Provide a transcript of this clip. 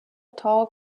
tall